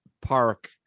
park